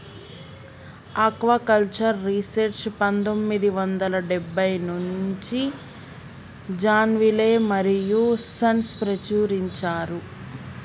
aquaculture research పందొమ్మిది వందల డెబ్బై నుంచి జాన్ విలే మరియూ సన్స్ ప్రచురించారు